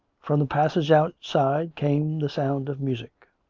from the passage outside came the sound of music.